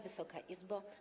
Wysoka Izbo!